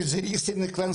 דיגיטלית,